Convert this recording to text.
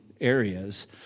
areas